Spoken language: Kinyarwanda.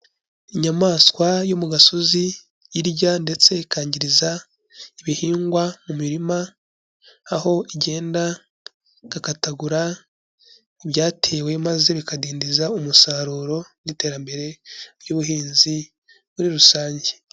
Inyamaswa yo mu gasozi, irya ndetse ikangiriza ibihingwa mu mirima, aho igenda igakatagura ibyatewe maze bikadindiza umusaruro n'iterambere ry'ubuhinzi muri rusange.